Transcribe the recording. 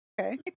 okay